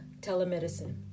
telemedicine